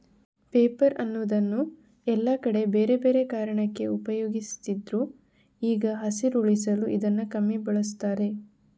paper ಅನ್ನುದನ್ನ ಎಲ್ಲಾ ಕಡೆ ಬೇರೆ ಬೇರೆ ಕಾರಣಕ್ಕೆ ಉಪಯೋಗಿಸ್ತಿದ್ರು ಈಗ ಹಸಿರುಳಿಸಲು ಇದನ್ನ ಕಮ್ಮಿ ಬಳಸ್ತಾರೆ